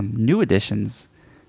new additions,